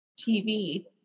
TV